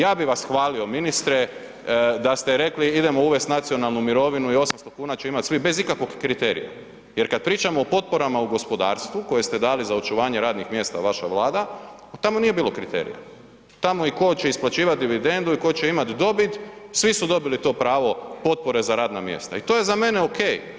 Ja bi vas hvalio ministre, da ste rekli idemo uvest nacionalnu mirovinu i 800 kn će imat svi bez ikakvog kriterija jer kad pričamo o potporama u gospodarstvu koje ste dali za očuvanje radnih mjesta i vaša Vlada, tamo nije bilo kriterija, tamo ko će isplaćivati dividendu i ko će imat dobit, svi su dobili to pravo potpore za radna mjesta i to je za mene ok.